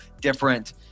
different